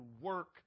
work